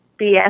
BS